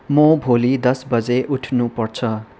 म भोलि दस बजे उठ्नु पर्छ